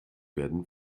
werden